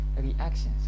reactions